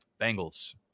Bengals